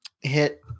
hit